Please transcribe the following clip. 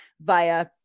via